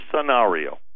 scenario